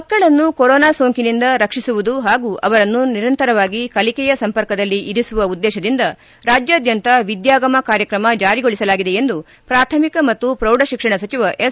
ಮಕ್ಕಳನ್ನು ಕೊರೋನಾ ಸೋಂಕಿನಿಂದ ರಕ್ಷಿಸುವುದು ಹಾಗೂ ಅವರನ್ನು ನಿರಂತರವಾಗಿ ಕಲಿಕೆಯ ಸಂಪರ್ಕದಲ್ಲಿ ಇರಿಸುವ ಉದ್ದೇಶದಿಂದ ರಾಜ್ಯಾದ್ಯಂತ ವಿದ್ಯಾಗಮ ಕಾರ್ಯತ್ರಮ ಜಾರಿಗೊಳಿಸಲಾಗಿದೆ ಎಂದು ಪ್ರಾಥಮಿಕ ಮತ್ತು ಪ್ರೌಢಶಿಕ್ಷಣ ಸಚಿವ ಎಸ್